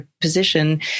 position